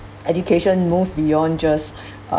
education moves beyond just